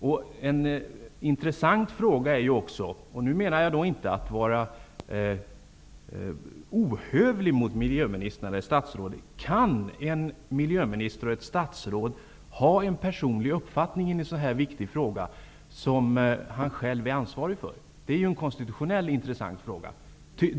En annan intressant fråga är, och nu menar jag inte att vara ohövlig mot statsrådet: Kan en miljöminister och ett statsråd ha en personlig uppfattning i en sådan viktig fråga som han själv är ansvarig för? Det är en konstitutionellt intressant fråga.